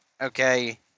Okay